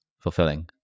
fulfilling